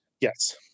Yes